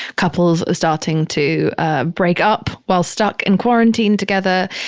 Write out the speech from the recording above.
couples are starting to ah break up while stuck in quarantine together.